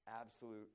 absolute